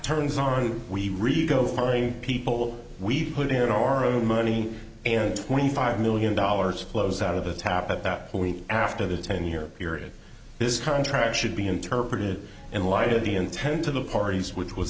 turns on we really go find people we put in our own money and twenty five million dollars flows out of the tap at that point after the ten year period this contract should be interpreted in light of the intent of the parties which was